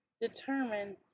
determine